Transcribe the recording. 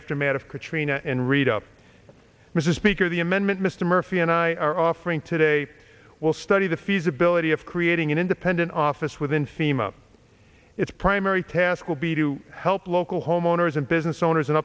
aftermath of katrina and rita mr speaker the amendment mr murphy and i are offering today will study the feasibility of creating an independent office within fema its primary task will be to help local homeowners and business owners in